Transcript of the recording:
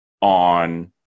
on